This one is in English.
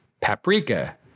Paprika